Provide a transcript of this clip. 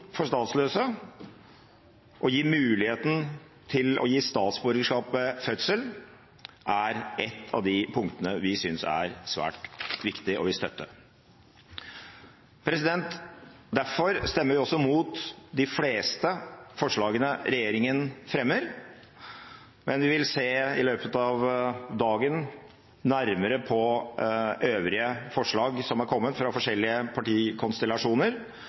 for statsløse og gi muligheten til å gi statsborgerskap ved fødsel er et av de punktene vi synes er svært viktige og vil støtte. Derfor stemmer vi også mot de fleste forslagene regjeringen fremmer, men vi vil i løpet av dagen se nærmere på øvrige forslag som har kommet fra forskjellige partikonstellasjoner,